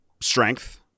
strength